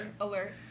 alert